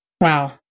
Wow